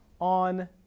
on